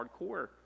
hardcore